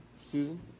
Susan